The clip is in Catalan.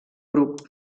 grup